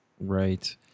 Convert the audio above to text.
Right